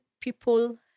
people